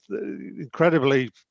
incredibly